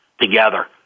together